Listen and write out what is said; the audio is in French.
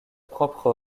propre